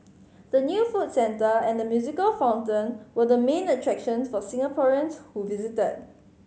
the new food centre and the musical fountain were the main attractions for Singaporeans who visited